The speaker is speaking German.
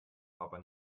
aber